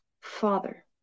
Father